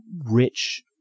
rich